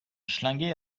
schlinguer